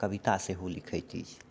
कविता सेहो लिखैत छी